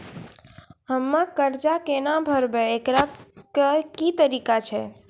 हम्मय कर्जा केना भरबै, एकरऽ की तरीका छै?